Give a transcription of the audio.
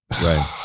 right